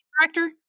director